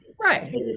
Right